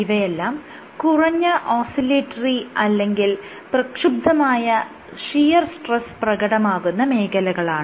ഇവയെല്ലാം കുറഞ്ഞ ഓസ്സിലേറ്ററി അല്ലെങ്കിൽ പ്രക്ഷുബ്ധമായ ഷിയർ സ്ട്രെസ്സ് പ്രകടമാകുന്ന മേഖലകളാണ്